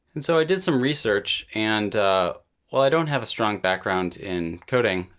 and so i did some research. and while i don't have a strong background in coding,